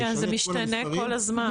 כן זה משתנה כל הזמן.